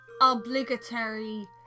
obligatory